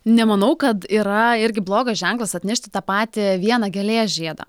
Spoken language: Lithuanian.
nemanau kad yra irgi blogas ženklas atnešti tą patį vieną gėlės žiedą